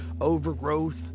overgrowth